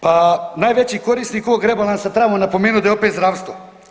Pa najveći korisnik ovog rebalansa trebamo napomenuti da je opet zdravstvo.